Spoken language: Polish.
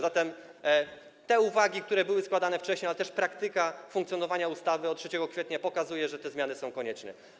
Zatem te uwagi, które były składane wcześniej, ale też praktyka stosowania ustawy od 3 kwietnia, pokazują, że te zmiany są konieczne.